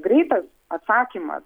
greitas atsakymas